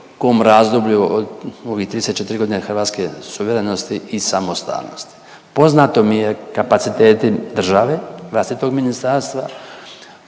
kom razlogu u ovih 34 godine hrvatske suverenosti i samostalnosti. Poznato mi je kapaciteti države, vlastitog ministarstva,